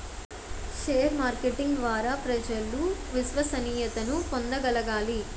share marketing ద్వారా ప్రజలు విశ్వసనీయతను పొందగలగాలి